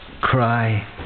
cry